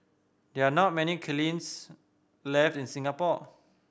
there are not many kilns left in Singapore